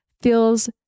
feels